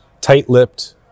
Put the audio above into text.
tight-lipped